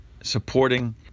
supporting